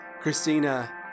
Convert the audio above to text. Christina